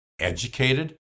educated